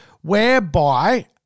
whereby